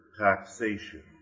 taxation